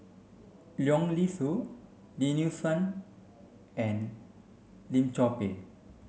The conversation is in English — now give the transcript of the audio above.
Leong Yee Soo Lim Nee Soon and Lim Chor Pee